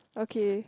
okay